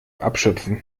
abschöpfen